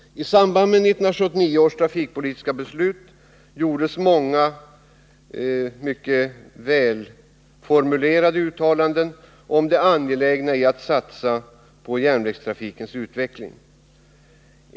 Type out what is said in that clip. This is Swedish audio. I samband med 1979 års trafikpolitiska beslut gjordes många välformulerade uttalanden om det angelägna i att satsa på järnvägstrafikens utveckling.